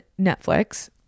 Netflix